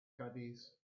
caddies